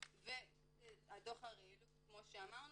ודוח הרעילות כמו שאמרנו.